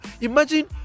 imagine